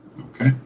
Okay